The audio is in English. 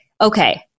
Okay